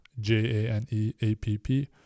J-A-N-E-A-P-P